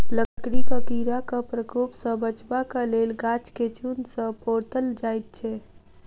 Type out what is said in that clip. लकड़ीक कीड़ाक प्रकोप सॅ बचबाक लेल गाछ के चून सॅ पोतल जाइत छै